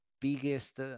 biggest